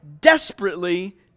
desperately